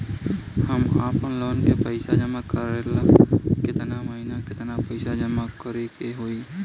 हम आपनलोन के पइसा जमा करेला केतना महीना केतना पइसा जमा करे के होई?